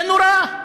זה נורא.